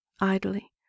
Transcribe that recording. idly